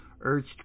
urged